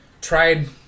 tried